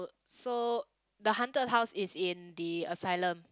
so the haunted house is in the asylum